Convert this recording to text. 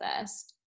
first